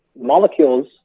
molecules